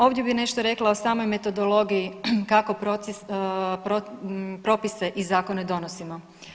Ovdje bi nešto rekla o samoj metodologiji kako propise i zakone donosimo.